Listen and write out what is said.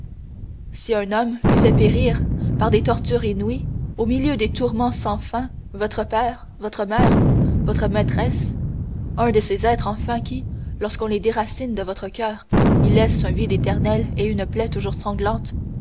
si un homme eût fait périr par des tortures inouïes au milieu des tourments sans fin votre père votre mère votre maîtresse un de ces êtres enfin qui lorsqu'on les déracine de votre coeur y laissent un vide éternel et une plaie toujours sanglante